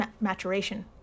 maturation